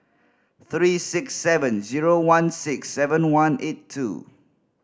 three six seven zero one six seven one eight two